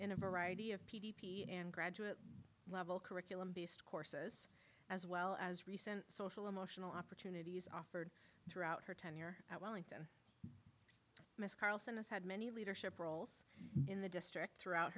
in a variety of p d p and graduate level curriculum based courses as well as recent social emotional apres offered throughout her tenure at wellington miss carlson has had many leadership roles in the district throughout